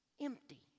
Empty